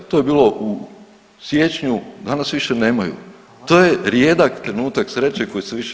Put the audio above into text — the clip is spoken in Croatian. To je bilo u siječnju, danas više nemaju. to je rijedak trenutak sreće koji se više